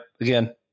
Again